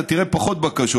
אתה תראה פחות בקשות,